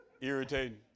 Irritating